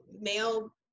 male